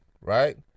right